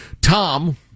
Tom